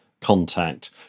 contact